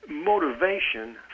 Motivation